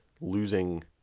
losing